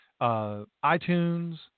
iTunes